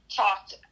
talked